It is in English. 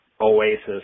oasis